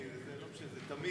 אני זה, לא משנה.